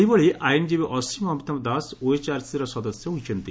ସେହିଭଳି ଆଇନଜୀବୀ ଅସୀମ ଅମିତାଭ ଦାଶ ଓଏଚ୍ଆରସିର ସଦସ୍ୟ ହୋଇଛନ୍ତି